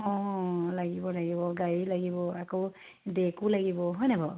অঁ লাগিব লাগিব গাড়ী লাগিব আকৌ ডেকো লাগিব হয় ন বাৰু